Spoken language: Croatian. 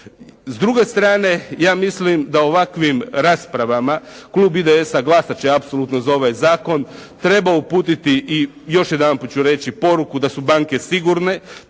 S druge strane ja mislim da ovakvim raspravama Klub IDS-a glasat će apsolutno za ovaj zakon, treba uputiti i još jedanput ću reći poruku da su banke sigurne.